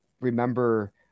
remember